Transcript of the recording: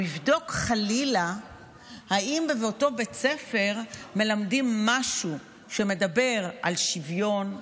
הוא יבדוק אם חלילה באותו בית ספר מלמדים משהו שמדבר על שוויון,